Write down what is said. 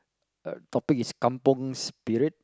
uh topic is Kampung Spirit